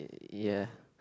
ya